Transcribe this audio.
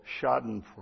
schadenfreude